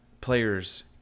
players